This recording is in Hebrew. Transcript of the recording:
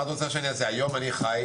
מה לעשות, אני חי